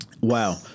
Wow